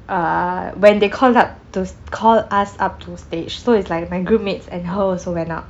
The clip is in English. uh when they called up those call us up to stage so it's like my group mates and her also went up